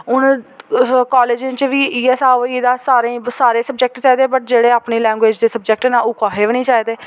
हून कॉलेज़ें च बी इ'यै स्हाब होई गेदा सारें ई सारे चाहि्दे वट् जेह्ड़ी अपनी लैंग्वेज़ दे सब्जेक्ट न ओह् कोहे बी निं चाहि्दे न